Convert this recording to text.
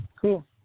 cool